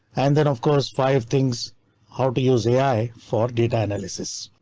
and then of course five things how to use ai for data analysis.